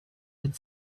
had